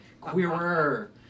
queerer